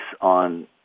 on